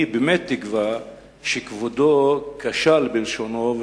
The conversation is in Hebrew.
אני באמת תקווה שכבודו כשל בלשונו,